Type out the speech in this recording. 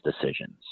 decisions